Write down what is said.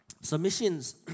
Submissions